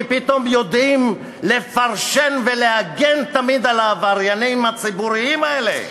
כי פתאום יודעים לפרשן ולהגן תמיד על העבריינים הציבוריים האלה.